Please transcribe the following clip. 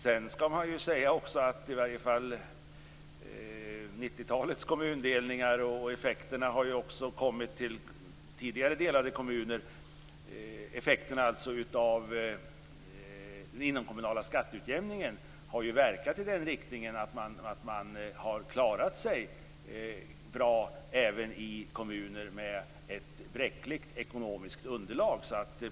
Sedan skall man också säga, när det gäller i varje fall 90-talets kommundelningar och tidigare delade kommuner, att effekterna av den inomkommunala skatteutjämningen har verkat i den riktningen att man har klarat sig bra även i kommuner med ett bräckligt ekonomiskt underlag.